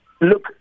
Look